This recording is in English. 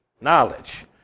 Knowledge